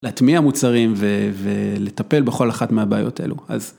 להטמיע מוצרים ולטפל בכל אחת מהבעיות האלו, אז.